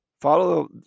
Follow